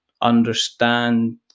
understand